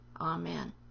Amen